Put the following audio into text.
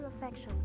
affection